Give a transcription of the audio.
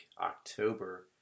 October